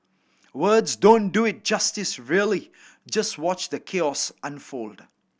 words don't do it justice really just watch the chaos unfold